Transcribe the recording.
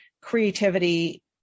creativity